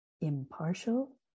impartial